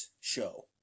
show